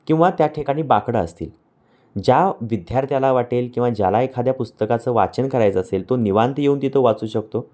किंवा त्या ठिकाणी बाकडं असतील ज्या विद्यार्थ्याला वाटेल किंवा ज्याला एखाद्या पुस्तकाचं वाचन करायचं असेल तो निवांत येऊन तिथं वाचू शकतो